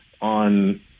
on